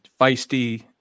feisty